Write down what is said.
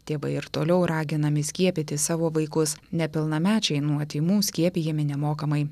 tėvai ir toliau raginami skiepyti savo vaikus nepilnamečiai nuo tymų skiepijami nemokamai